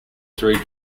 three